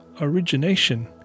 Origination